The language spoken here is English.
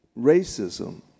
racism